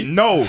no